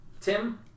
Tim